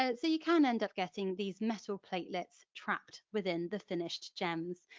ah so you can end up getting these metal platelets trapped within the finished gems.